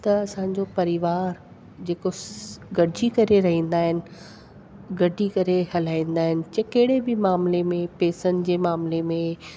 त असांजो परिवार जेको गॾजी करे रहंदा आइन गॾजी करे हलाईंदा आहिनि कि कहिड़े बि मामले में पेसनि जे मामले में